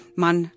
man